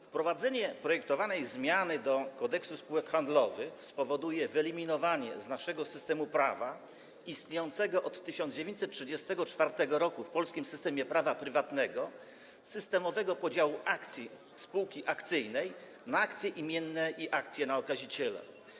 Wprowadzenie projektowanej zmiany do Kodeksu spółek handlowych spowoduje wyeliminowanie z naszego systemu prawa, istniejącego od 1934 r. w polskim systemie prawa prywatnego, systemowego podziału akcji spółki akcyjnej na akcje imienne i akcje na okaziciela.